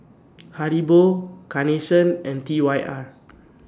Haribo Carnation and T Y R